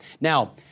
Now